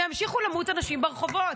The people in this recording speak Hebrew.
וימשיכו למות אנשים ברחובות.